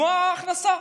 כמו ההכנסה.